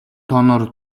тооноор